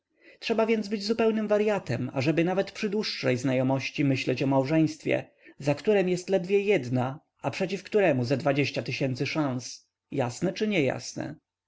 trzeba więc być zupełnym waryatem ażeby nawet przy dłuższej znajomości myśleć o małżeństwie za którem jest ledwie jedna a przeciw któremu ze dwadzieścia tysięcy szans jasne czy